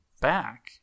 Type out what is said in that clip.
back